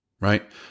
right